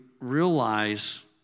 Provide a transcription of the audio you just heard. realize